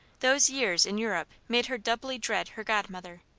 those years in europe made her doubly dread her godmother.